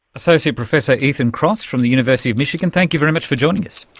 associate professor ethan kross from the university of michigan, thank you very much for joining us.